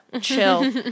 Chill